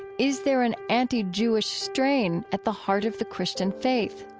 is there an anti-jewish strain at the heart of the christian faith?